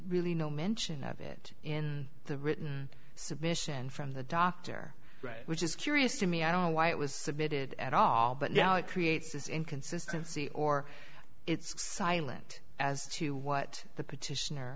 really no mention of it in the written submission from the doctor which is curious to me i don't know why it was submitted at all but yeah it creates this inconsistency or it's silent as to what the petition